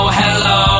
hello